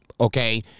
okay